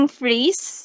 phrase